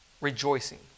rejoicing